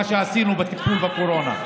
מה שעשינו בטיפול בקורונה.